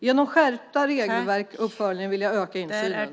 Genom skärpta regelverk och uppföljning vill jag öka insynen.